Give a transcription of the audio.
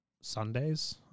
Sundays